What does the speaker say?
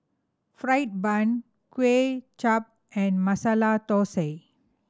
fried bun Kway Chap and Masala Thosai